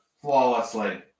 flawlessly